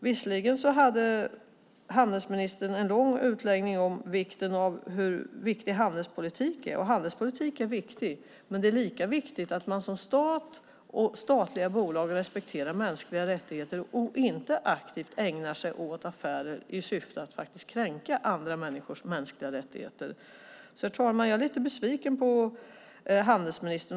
Visserligen hade handelsministern en lång utläggning om hur viktig handelspolitik är, och handelspolitik är viktig. Men det är lika viktigt att stat och statliga bolag respekterar mänskliga rättigheter och inte aktivt ägnar sig åt affärer i syfte att faktiskt kränka andra människors mänskliga rättigheter. Herr talman! Jag är lite besviken på handelsministern.